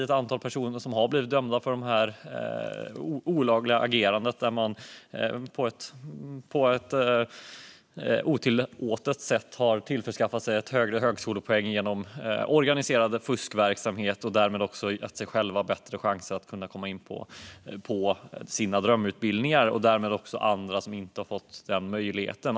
Ett antal personer har blivit dömda för att på ett otillåtet sätt ha tillskansat sig högre poäng genom organiserad fuskverksamhet. Därmed har man gett sig själv bättre chans att komma in på sin drömutbildning medan andra inte har fått den möjligheten.